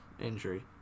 injury